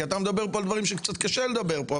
כי אתה מדבר פה על דברים שקצת קשה לדבר פה.